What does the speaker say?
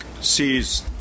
sees